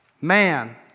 man